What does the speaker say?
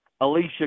Alicia